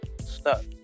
stuck